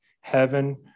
heaven